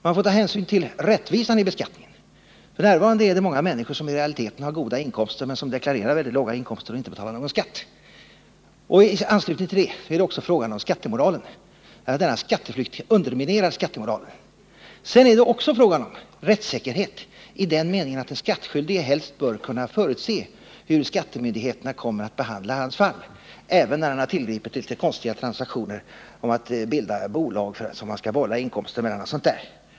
Man får ta hänsyn till rättvisan i beskattningen — f. n. är det många människor som i realiteten har goda inkomster men inte betalar någon skatt. I anslutning till det är det också fråga om att skatteflykt underminerar skattemoralen. Sedan är det också fråga om rättssäkerhet i den meningen att den skattskyldige helst bör kunna förutse hur skattemyndigheterna kommer att behandla hans fall — även när han tillgripit litet konstiga transaktioner, som att bilda bolag mellan vilka inkomsterna bollas osv.